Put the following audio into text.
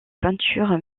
peintures